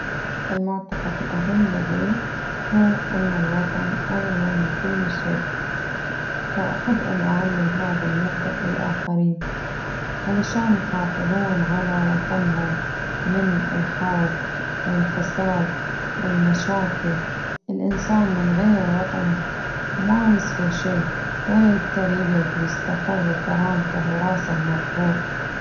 المعتقد الأهم لدي هو أن الوطن أغلى من كل شيء، وأحب أن أعلم هذا المبدأ للآخرين، علشان يحافظون على وطنهم من الحرب والفساد والمشاكل، الإنسان من غير وطنه ما يسوى شي، ولا يقدر يقعد ويستقر وكرامته وراسه مرفوع.